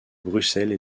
bruxelles